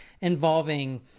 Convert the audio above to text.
involving